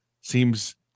seems